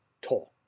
talk